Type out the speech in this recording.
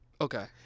Okay